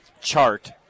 chart